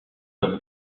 comme